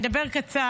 אני אדבר קצר.